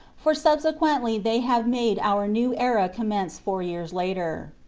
for subsequently they have made our new era commence four years later.